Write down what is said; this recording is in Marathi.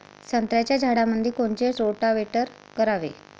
संत्र्याच्या झाडामंदी कोनचे रोटावेटर करावे?